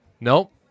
Nope